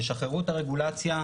תשחררו את הרגולציה,